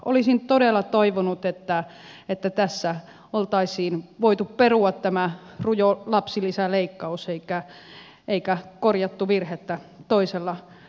olisin todella toivonut että tässä oltaisiin voitu perua tämä rujo lapsilisäleikkaus eikä korjattu virhettä toisella virheellä